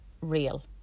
real